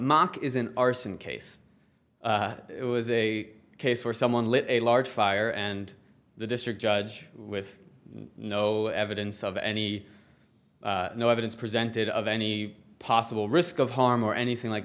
rk is an arson case it was a case where someone lit a large fire and the district judge with no evidence of any no evidence presented of any possible risk of harm or anything like